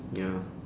ya